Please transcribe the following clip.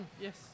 Yes